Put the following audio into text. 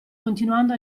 continuando